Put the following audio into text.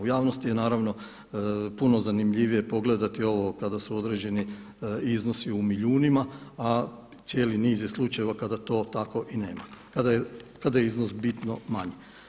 U javnosti je naravno puno zanimljivije pogledati ovo kada su određeni iznosi u milijunima a cijeli niz je slučajeva kada to tako i nema, kada je iznos bitno manji.